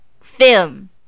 film